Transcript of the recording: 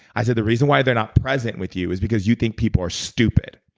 i said the reason why they're not present with you is because you think people are stupid.